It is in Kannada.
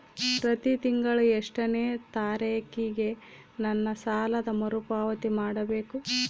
ಪ್ರತಿ ತಿಂಗಳು ಎಷ್ಟನೇ ತಾರೇಕಿಗೆ ನನ್ನ ಸಾಲದ ಮರುಪಾವತಿ ಮಾಡಬೇಕು?